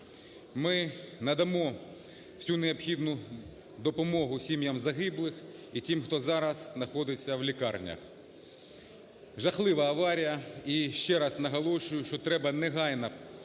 Ми надамо всю необхідну допомогу сім'ям загиблих і тим, хто зараз знаходиться в лікарнях. Жахлива аварія. І ще раз наголошую, що треба негайно